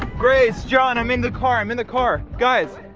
grace, john, i'm in the car. i'm in the car. guys,